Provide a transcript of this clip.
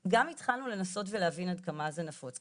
גם התחלנו לנסות ולהבין עד כמה זה נפוץ,